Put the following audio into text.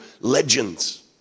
legends